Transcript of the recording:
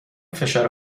فشار